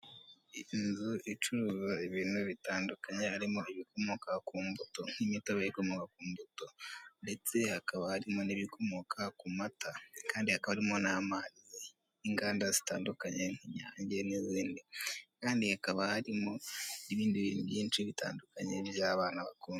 Inzu icuruza ibintu bitandukanye, harimo ibikomoka ku mbuto nk'imitobe ikomoka ku mbuto ndetse hakaba harimo n'ibikomoka ku mata, kandi hakaba harimo n'amazi y'inganda zitandukanye nk'Inyange n'izindi kandi hakaba harimo n'ibindi bintu byinshi bitandukanye by'abana bakunda.